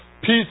peace